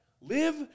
Live